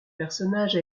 personnages